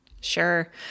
Sure